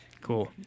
Cool